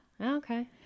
Okay